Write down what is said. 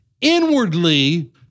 inwardly